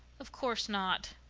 of course not,